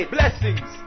Blessings